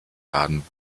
baden